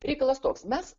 reikalas toks mes